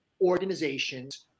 organizations